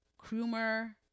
krumer